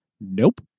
nope